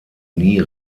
nie